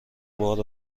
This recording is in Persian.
بار